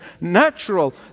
natural